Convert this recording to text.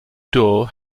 door